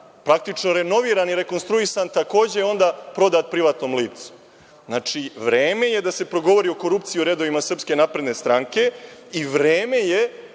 praktično renoviran i rekonstruisan takođe je prodat privatnom licu. Znači, vreme je da se progovori o korupciji u redovima SNS i vreme je